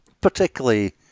particularly